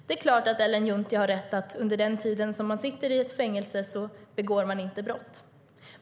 Det är klart att Ellen Juntti har rätt i att man under den tid som man sitter i fängelse inte begår brott.